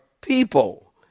people